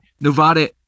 Nevada